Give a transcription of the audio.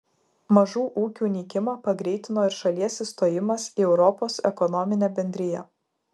mažų ūkių nykimą pagreitino ir šalies įstojimas į europos ekonominę bendriją